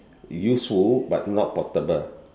useful but not portable